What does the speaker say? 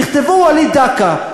תכתבו: וליד דקה,